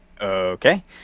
Okay